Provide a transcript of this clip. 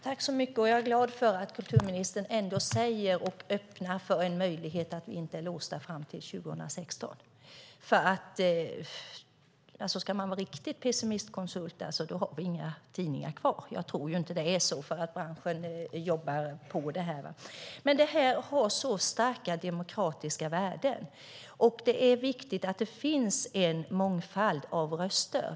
Herr talman! Jag är glad över att kulturministern öppnar för en möjlighet för oss att inte vara låsta fram till 2016. Ska man vara riktigt pessimistisk kan man säga att vi kanske inte har några tidningar kvar då. Jag tror inte att det blir så, för branschen jobbar med det här. Det har så starka demokratiska värden, och det är viktigt att det finns en mångfald av röster.